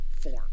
form